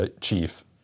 chief